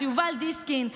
יובל דיסקין,